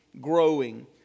growing